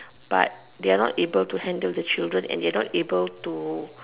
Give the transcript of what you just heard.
but they're not able to handle the children and they're not able to